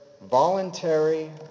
voluntary